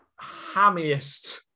hammiest